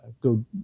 go